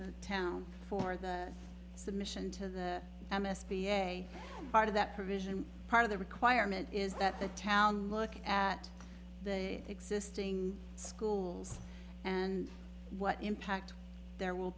the town for the submission to the am s b a part of that provision part of the requirement is that the town look at the existing schools and what impact there will